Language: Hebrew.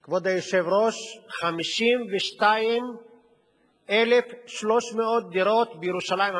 כבוד היושב-ראש, 52,300 דירות בירושלים המזרחית.